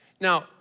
Now